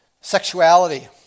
Sexuality